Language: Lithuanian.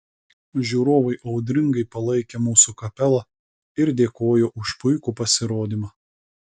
žiūrovai audringai palaikė mūsų kapelą ir dėkojo už puikų pasirodymą